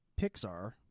Pixar